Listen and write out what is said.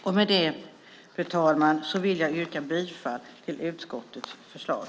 Fru talman! Jag yrkar bifall till utskottets förslag.